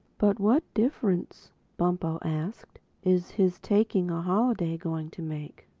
but what difference, bumpo asked, is his taking a holiday going to make?